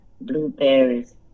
blueberries